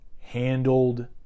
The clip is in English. handled